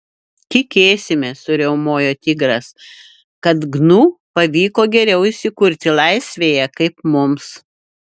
tikėsimės suriaumojo tigras kad gnu pavyko geriau įsikurti laisvėje kaip mums